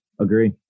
Agree